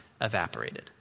evaporated